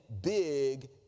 big